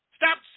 Stop